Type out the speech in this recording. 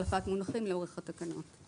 החלפת מונחים לאורך התקנות.